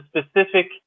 specific